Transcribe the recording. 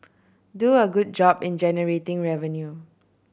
do a good job in generating revenue